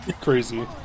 Crazy